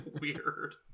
weird